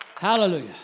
Hallelujah